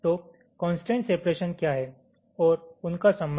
तो constraint separation क्या हैं ओर उनका सम्बंध